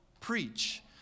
preach